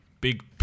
Big